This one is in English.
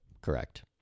Correct